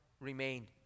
remained